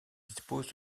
dispose